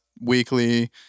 weekly